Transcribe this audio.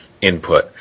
input